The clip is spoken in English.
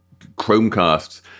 Chromecasts